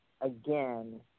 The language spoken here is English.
again